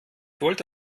wollte